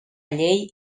llei